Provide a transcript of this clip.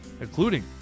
including